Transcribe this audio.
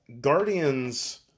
guardians